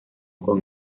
con